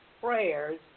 prayers